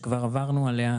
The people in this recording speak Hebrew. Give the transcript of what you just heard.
שכבר עברנו עליה,